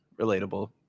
relatable